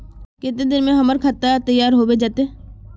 केते दिन में हमर खाता तैयार होबे जते?